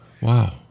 Wow